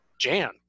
Jan